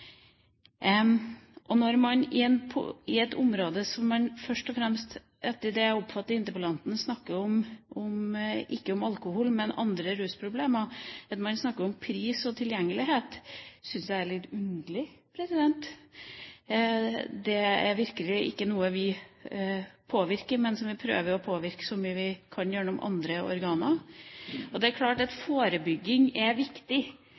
Når man på dette området – sånn jeg oppfatter interpellanten – ikke snakker om alkohol, men først og fremst om andre rusproblemer og om pris og tilgjengelighet, syns jeg det er litt underlig. Det er virkelig ikke noe vi påvirker, men som vi prøver å påvirke så mye vi kan gjennom andre organer. Det er klart at forebygging er viktig.